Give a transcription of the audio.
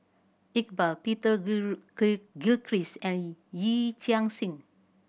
Iqbal Peter Gilchrist and Yee Chia Hsing